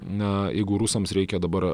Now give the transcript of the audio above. na jeigu rusams reikia dabar